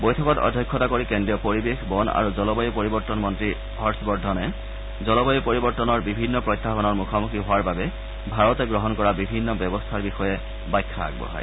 বৈঠকত অধ্যক্ষতা কৰি কেজ্ৰীয় পৰিৱেশ বন আৰু জলবায়ু পৰিৱৰ্তন মন্ত্ৰী হৰ্ষ বৰ্ধনে জলবায়ু পৰিৱৰ্তনৰ বিভিন্ন প্ৰত্যাহানৰ মুখামুখি হোৱাৰ বাবে ভাৰতে গ্ৰহণ কৰা বিভিন্ন ব্যৱস্থাৰ বিষয়ে ব্যাখ্যা আগবঢ়ায়